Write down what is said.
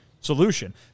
solution